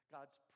God's